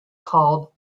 called